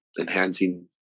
enhancing